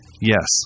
Yes